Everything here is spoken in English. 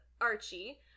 Archie